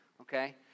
okay